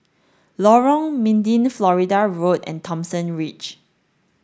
Lorong Mydin Florida Road and Thomson Ridge